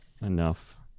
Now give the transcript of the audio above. enough